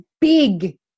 Big